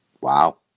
Wow